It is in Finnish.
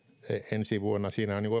ensi vuonna siinä on oivallisesti